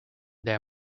their